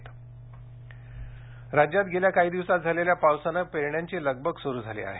उजनी राज्यात गेल्या काही दिवसात झालेल्या पावसानं पेरण्यांची लगबग सुरु झाली आहे